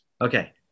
Okay